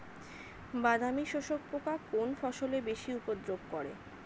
বাদামি শোষক পোকা কোন ফসলে বেশি উপদ্রব করে?